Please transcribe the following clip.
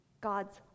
God's